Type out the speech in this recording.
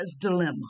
dilemma